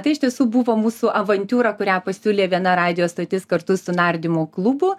tai iš tiesų buvo mūsų avantiūra kurią pasiūlė viena radijo stotis kartu su nardymo klubu